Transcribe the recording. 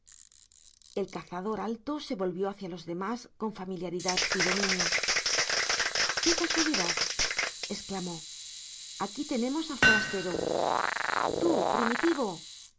el cazador alto se volvió hacia los demás con familiaridad y dominio qué casualidad exclamó aquí tenemos al forastero tú primitivo